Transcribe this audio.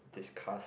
discuss